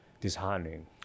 disheartening